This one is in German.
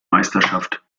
meisterschaft